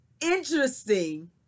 interesting